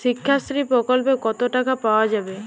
শিক্ষাশ্রী প্রকল্পে কতো টাকা পাওয়া যাবে?